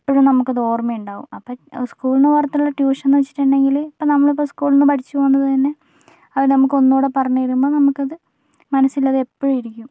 എപ്പോഴും നമുക്കതു ഓർമ്മയുണ്ടാവും അപ്പോൾ സ്കൂളിന് പുറത്തുള്ള ട്യൂഷൻന്ന് വെച്ചിട്ടുണ്ടെങ്കില് ഇപ്പൊ നമ്മളിപ്പോ സ്കൂൾന്ന് പഠിച്ചു പോന്നത് തന്നെ അത് നമുക്ക് ഒന്നൂടെ പറഞ്ഞു തരുമ്പോൾ നമുക്കത് മനസ്സിൽ അത് എപ്പഴും ഇരിക്കും